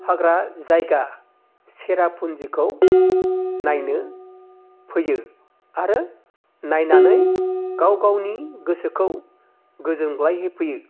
हाग्रा जायगा सेरापुन्जिखौ नायनो फैयो आरो नायनानै गाव गावनि गोसोखौ गोजोनग्लाय होफैयो